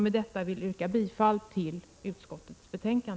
Med detta vill jag yrka bifall till utskottets hemställan.